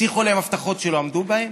הבטיחו להם הבטחות שלא עמדו בהן,